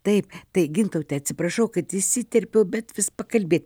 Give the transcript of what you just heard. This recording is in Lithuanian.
taip tai gintaute atsiprašau kad įsiterpiau bet vis pakalbėt